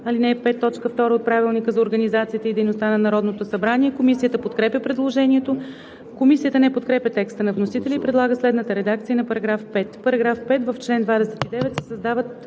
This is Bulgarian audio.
ал. 5, т. 2 от Правилника за организацията и дейността на Народното събрание. Комисията подкрепя предложението. Комисията не подкрепя текста на вносителя и предлага следната редакция на § 5: „§ 5. В чл. 29 се създават